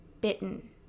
bitten